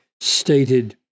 stated